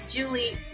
Julie